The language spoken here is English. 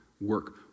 work